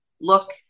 look